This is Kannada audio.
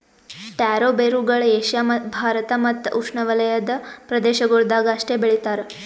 ಟ್ಯಾರೋ ಬೇರುಗೊಳ್ ಏಷ್ಯಾ ಭಾರತ್ ಮತ್ತ್ ಉಷ್ಣೆವಲಯದ ಪ್ರದೇಶಗೊಳ್ದಾಗ್ ಅಷ್ಟೆ ಬೆಳಿತಾರ್